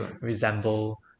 resemble